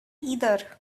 either